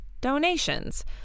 donations